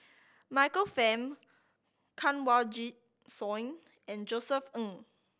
Michael Fam Kanwaljit Soin and Josef Ng